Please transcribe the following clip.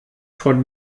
von